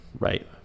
Right